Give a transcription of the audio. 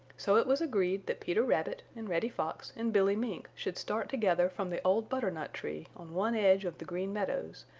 so it was agreed that peter rabbit and reddy fox and billy mink should start together from the old butternut tree on one edge of the green meadows,